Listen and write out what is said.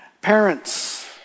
Parents